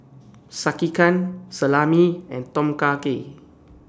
Sekihan Salami and Tom Kha Gei